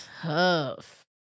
tough